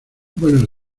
buenos